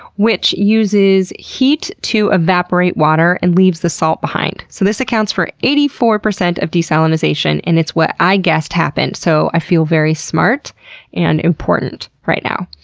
which uses heat to evaporate water and leaves the salt behind. so this accounts for eighty four percent of desalinization and it's what i guessed happened, so i feel very smart and important right now.